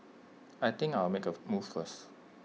I think I'll make A move first